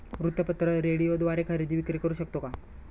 वृत्तपत्र, रेडिओद्वारे खरेदी विक्री करु शकतो का?